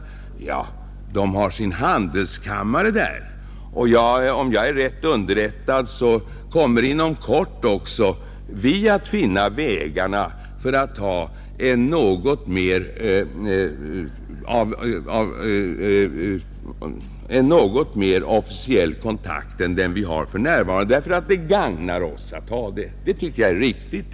Ja, Österrike har en handelskammare där, och om jag är riktigt underrättad kommer vi inom kort att finna vägarna för en något bättre kontakt på handelsområdet än den som vi har för närvarande, Det gagnar oss att ha det. Det tycker jag är riktigt.